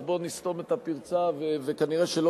אז בואו נסתום את הפרצה הזאת וכנראה שלא